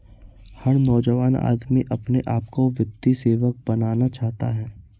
हर नौजवान आदमी अपने आप को वित्तीय सेवक बनाना चाहता है